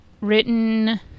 written